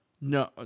No